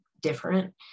different